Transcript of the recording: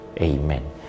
Amen